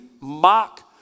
mock